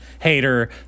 hater